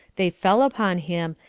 they fell upon him,